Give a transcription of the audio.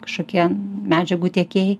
kažkokie medžiagų tiekėjai